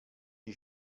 die